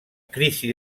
crisi